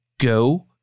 Go